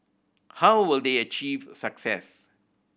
how will they achieve success